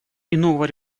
иного